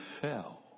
fell